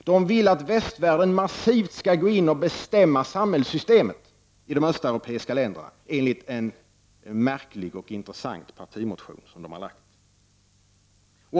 De vill att västvärlden massivt skall gå in och bestämma samhällssystemen i de östeuropeiska länderna, enligt en märklig och intressant partimotion som de har väckt.